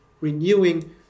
renewing